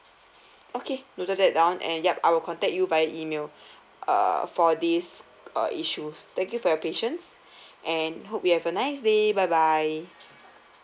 okay noted that down and yup I will contact you via email err for these uh issues thank you for your patience and hope you have a nice day bye bye